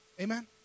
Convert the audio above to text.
Amen